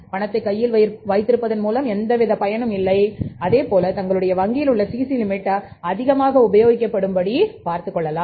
பணத்தை கையில் வைத்திருப்பதன் மூலம் எந்தவிதமான பயனும் இல்லை அதே போல தங்களுடைய வங்கியில் உள்ள சிசி லிமிட் அதிகமாக உபயோகப் படும் படி பார்த்துக் கொள்ள வேண்டும்